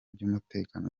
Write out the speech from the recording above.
by’umutekano